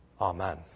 Amen